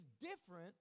different